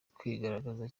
kwigaragaza